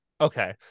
Okay